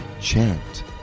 chant